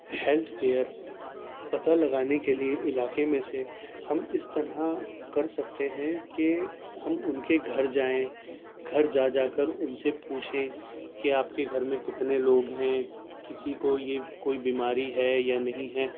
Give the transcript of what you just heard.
health care پتہ لگانے کے لیے علاقے میں سے ہم اس طرح کر سکتے ہیں کہ ہم ان کے گھر جائیں گھر جا جا کر ان سے پوچھیں کہ آپ کے گھر میں کتنے لوگ ہیں کسی کو یہ کوئی بیماری ہے یا نہیں ہے